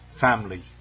family